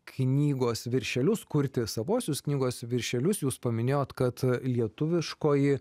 knygos viršelius kurti savuosius knygos viršelius jūs paminėjot kad lietuviškoji